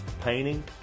painting